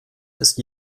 ist